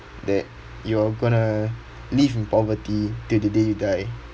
that you're going to live in poverty till the day you die